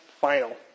final